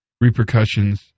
repercussions